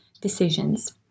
decisions